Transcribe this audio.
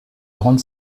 grande